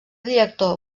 director